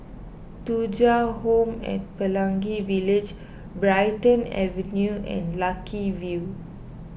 Thuja Home at Pelangi Village Brighton Avenue and Lucky View